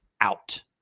out